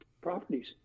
properties